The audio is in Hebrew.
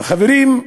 חברים,